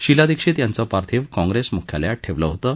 शीला दिक्षीत यांचं पार्थिव काँग्रेस मुख्यालयात ठेवलं होतं